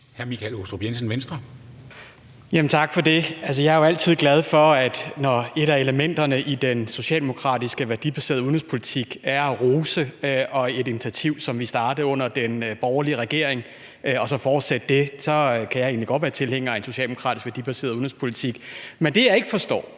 Tak for det. Jeg er jo altid glad, når et af elementerne i den socialdemokratiske værdibaserede udenrigspolitik er at rose et initiativ, som vi startede under den borgerlige regering, og så fortsætte det. Så kan jeg egentlig godt være tilhænger af en socialdemokratisk værdibaseret udenrigspolitik. Men det, jeg ikke forstår,